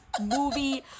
movie